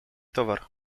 towar